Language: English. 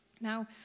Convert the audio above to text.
Now